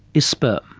is sperm.